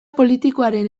politikoaren